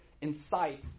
incite